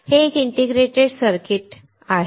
हे एक integrated circuit आहे